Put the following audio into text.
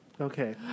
Okay